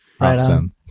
Awesome